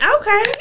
okay